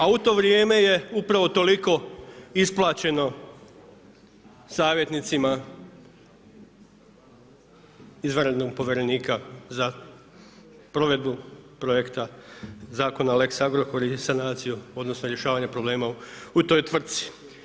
A u to vrijeme je upravo toliko isplaćeno savjetnicima izvanrednog povjerenika za provedbu projekta Zakona lex Agrokor i sanaciju odnosno rješavanje problema u toj tvrtci.